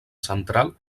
central